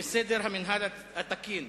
בסדר המינהל התקין.